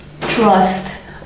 trust